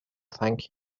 thanked